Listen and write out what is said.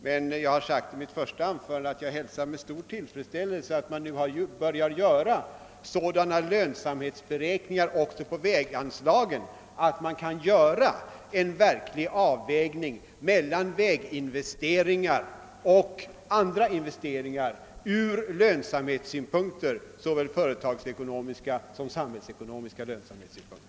Men jag har sagt i mitt första anförande, att jag hälsar med stor tillfredsställelse, att man nu börjar verkställa sådana lönsamhetsberäkningar också i fråga om väganslagen att det kan ske en verklig avvägning mellan dessa och andra investeringar från såväl företagsekonomiska som samhällsekonomiska lönsamhetssynpunkter.